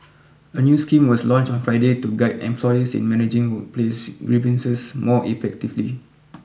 a new scheme was launched on Friday to guide employers in managing workplace grievances more effectively